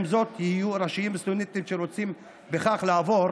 עם זאת, יהיו רשאים הסטודנטים שרוצים בכך לעבור